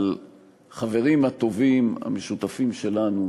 על החברים הטובים המשותפים שלנו,